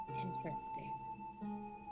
Interesting